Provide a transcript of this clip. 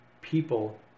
people